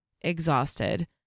exhausted